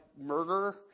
murder